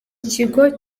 kigo